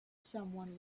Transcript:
someone